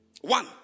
One